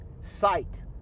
sight